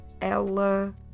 Ela